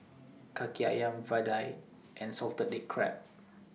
Kaki Ayam Vadai and Salted Egg Crab